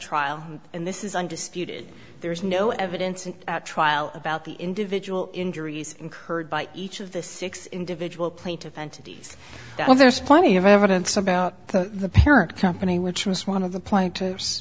trial and this is undisputed there is no evidence and trial about the individual injuries incurred by each of the six individual plaintiff entities and there's plenty of evidence about the parent company which was one of the plaintiffs